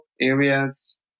areas